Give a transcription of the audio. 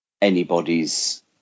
anybody's